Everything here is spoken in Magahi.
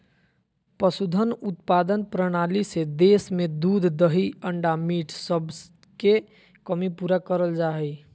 पशुधन उत्पादन प्रणाली से देश में दूध दही अंडा मीट सबके कमी पूरा करल जा हई